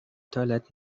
toilet